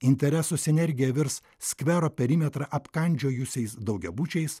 interesų sinergija virs skvero perimetrą apkandžiojusiais daugiabučiais